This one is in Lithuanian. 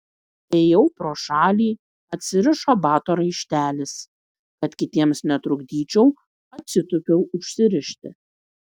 ėjau pro šalį atsirišo bato raištelis kad kitiems netrukdyčiau atsitūpiau užsirišti